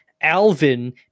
Alvin